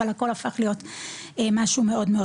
אבל הכול הפך להיות משהו מאוד מאוד